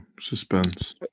suspense